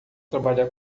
trabalhar